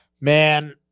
man